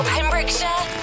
Pembrokeshire